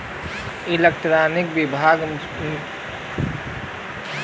electronic विभाग से एक इलेक्ट्रानिक बिल दिहल जाला